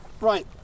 Right